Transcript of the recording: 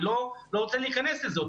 אני לא רוצה להיכנס לזה,